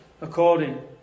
according